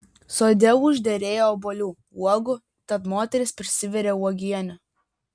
sode užderėjo obuolių uogų tad moteris prisivirė uogienių